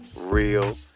real